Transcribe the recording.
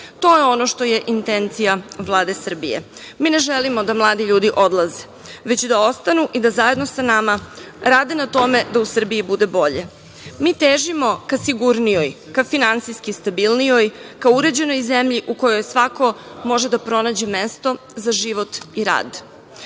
je ono što je intencija Vlade Srbije. Mi ne želimo da mladi ljudi odlaze, već da ostanu i da zajedno sa nama rade na tome da u Srbiji bude bolje. Mi težimo ka sigurnijoj, ka finansijski stabilnijoj, ka uređenoj zemlji u kojoj svako može da pronađe mesto za život i